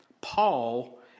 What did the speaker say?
Paul